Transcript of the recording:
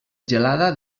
gelada